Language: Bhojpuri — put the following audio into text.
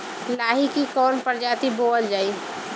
लाही की कवन प्रजाति बोअल जाई?